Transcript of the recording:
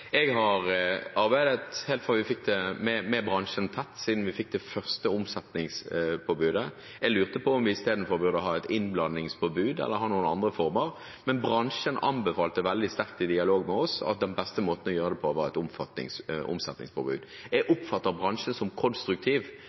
Jeg har arbeidet tett med bransjen helt siden vi fikk det første omsetningspåbudet. Jeg lurte på om vi istedenfor burde ha et innblandingspåbud eller noen andre former, men bransjen anbefalte veldig sterkt i dialog med oss at den beste måten å gjøre det på var et omsetningspåbud. Jeg oppfatter bransjen som konstruktiv,